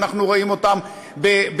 ואנחנו רואים אותם באוניברסיטאות,